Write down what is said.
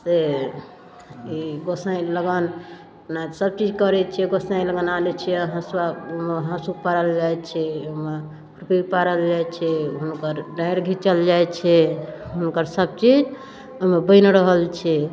से ई गोसाईं लगन सबचीज करै छिए गोसाईं लगन आनै छिए हँसुआ ओहिमे हाँसू पड़ल जाए छै ओहिमे खुरपी पड़ल जाए छै हुनकर डाँरि घिचल जाए छै हुनकर सबचीज ओहिमे बनि रहल छै